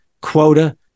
quota